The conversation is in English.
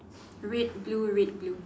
red blue red blue